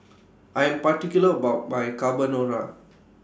I Am particular about My Carbonara